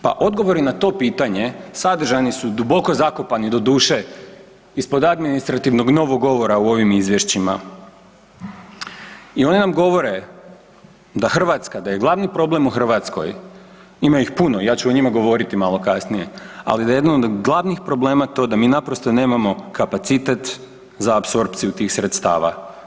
Pa odgovori na to pitanje sadržani su duboko zakopani doduše ispod administrativnog novog govora u ovim izvješćima i oni nam govore da Hrvatska, da je glavni problem u Hrvatskoj, ima ih puno, ja ću o njima govoriti malo kasnije, ali da je jedan od glavnih problema to da mi naprosto nemamo kapacitet za apsorpciju tih sredstava.